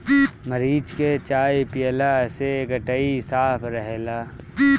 मरीच के चाय पियला से गटई साफ़ रहेला